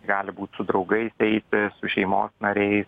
gali būt su draugais eiti su šeimos nariais